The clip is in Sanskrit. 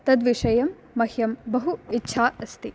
तद्विषयं मह्यं बहु इच्छा अस्ति